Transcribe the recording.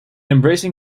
embracing